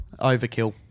Overkill